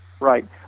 Right